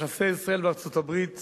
יחסי ישראל וארצות-הברית